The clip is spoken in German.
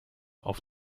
auf